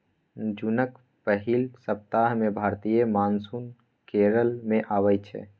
जुनक पहिल सप्ताह मे भारतीय मानसून केरल मे अबै छै